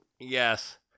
yes